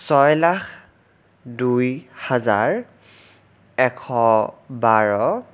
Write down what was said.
ছয় লাখ দুই হাজাৰ এশ বাৰ